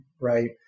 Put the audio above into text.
right